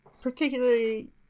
particularly